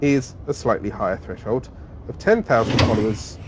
is a slightly higher threshold of ten thousand followers